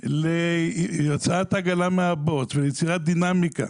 להוצאת העגלה מהבוץ ויצירת דינמיקה